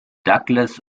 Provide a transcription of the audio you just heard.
douglas